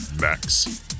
Max